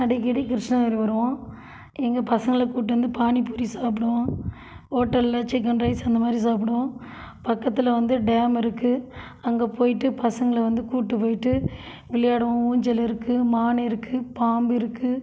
அடிக்கடி கிருஷ்ணகிரி வருவோம் எங்கள் பசங்களை கூப்பிட்டு வந்து பானிப்பூரி சாப்பிடுவோம் ஹோட்டல்ல சிக்கன் ரைஸ் அந்தமாதிரி சாப்பிடுவோம் பக்கத்தில் வந்து டேம் இருக்குது அங்கே போய்ட்டு பசங்களை வந்து கூப்பிட்டு போய்ட்டு விளையாடுவோம் ஊஞ்சல் இருக்குது மான் இருக்குது பாம்பு இருக்குது